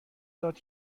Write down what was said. داد